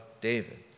David